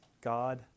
God